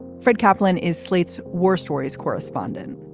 fred kaplan is slate's war stories correspondent.